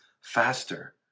faster